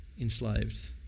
enslaved